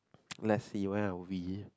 let see where are we